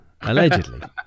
Allegedly